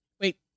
Wait